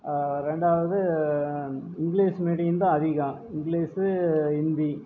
ரெண்டாவது இங்கிலீஷ் மீடியந்தான் அதிகம் இங்கிலீஷு ஹிந்தி